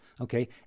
Okay